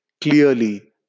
clearly